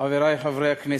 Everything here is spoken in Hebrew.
חברי חברי הכנסת,